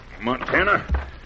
Montana